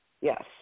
Yes